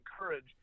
encourage